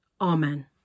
Amen